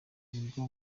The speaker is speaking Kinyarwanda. nibwo